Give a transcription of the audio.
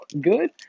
good